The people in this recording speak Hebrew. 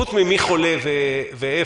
חוץ ממי חולה ואיפה,